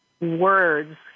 words